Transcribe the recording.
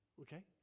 okay